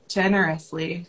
generously